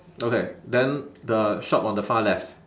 okay then the shop on the far left